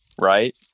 right